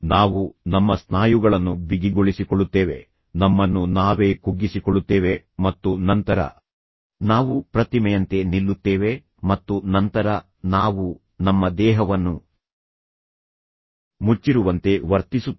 ನಾವು ನಮ್ಮ ಸ್ನಾಯುಗಳನ್ನು ಬಿಗಿಗೊಳಿಸಿಕೊಳ್ಳುತ್ತೇವೆ ನಮ್ಮನ್ನು ನಾವೇ ಕುಗ್ಗಿಸಿಕೊಳ್ಳುತ್ತೇವೆ ಮತ್ತು ನಂತರ ನಾವು ಪ್ರತಿಮೆಯಂತೆ ನಿಲ್ಲುತ್ತೇವೆ ಮತ್ತು ನಂತರ ನಾವು ನಮ್ಮ ದೇಹವನ್ನು ಮುಚ್ಚಿರುವಂತೆ ವರ್ತಿಸುತ್ತೇವೆ